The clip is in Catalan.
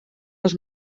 les